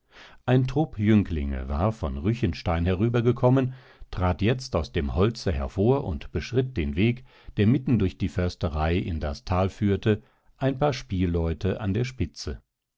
ein trupp jünglinge war von ruechenstein herübergekommen trat jetzt aus dem holze hervor und beschritt den weg der mitten durch die försterei in das tal führte ein paar spielleute an der spitze